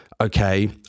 okay